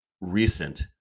recent